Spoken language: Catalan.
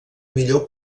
millor